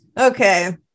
Okay